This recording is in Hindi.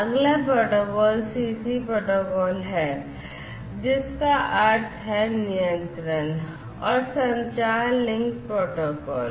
अगला प्रोटोकॉल CC प्रोटोकॉल है जिसका अर्थ है नियंत्रण और संचार लिंक प्रोटोकॉल